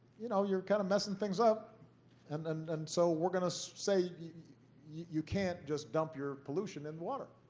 you know you're kind of messing things up and and and so we're going to say you can't just dump your pollution in the water.